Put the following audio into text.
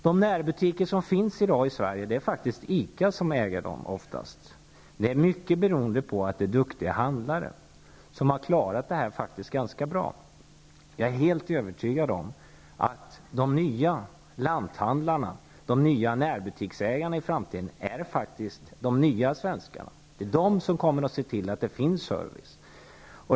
Det är faktiskt oftast ICA som äger de närbutiker som finns i dag i Sverige, mycket beroende på att det är duktiga handlare som har klarat att driva närbutikerna ganska bra. Jag är helt övertygad om att de nya lanthandlarna, närbutiksägarna i framtiden, är de nya svenskarna. Det är de som kommer att se till att det finns service.